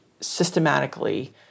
systematically